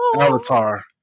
Avatar